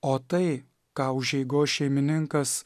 o tai ką užeigos šeimininkas